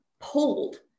pulled